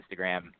Instagram